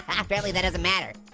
ah, apparently that doesn't matter.